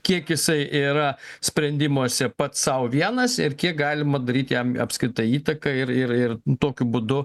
kiek jisai yra sprendimuose pats sau vienas ir kiek galima daryt jam apskritai įtaką ir ir ir tokiu būdu